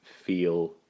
feel